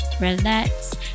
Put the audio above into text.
relax